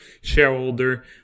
shareholder